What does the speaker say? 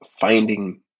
finding